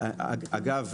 אגב,